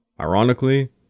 Ironically